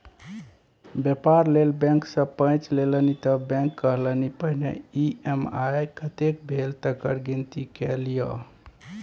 बेपार लेल बैंक सँ पैंच लेलनि त बैंक कहलनि पहिने ई.एम.आई कतेक भेल तकर गिनती कए लियौ